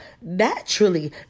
naturally